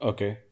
Okay